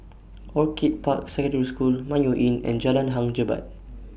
Orchid Park Secondary School Mayo Inn and Jalan Hang Jebat